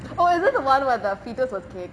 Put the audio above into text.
oh is it the [one] where the fetus was kicked